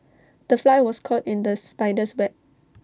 the fly was caught in the spider's web